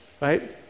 right